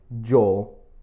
Joel